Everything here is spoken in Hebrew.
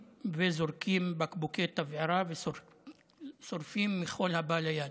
זורקים בקבוקי תבערה ושורפים מכל הבא ליד.